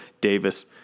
Davis